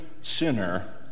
sinner